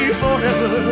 forever